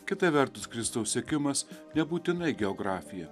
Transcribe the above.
kita vertus kristaus sekimas nebūtinai geografija